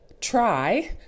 try